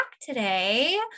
today